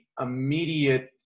immediate